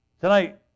Tonight